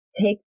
take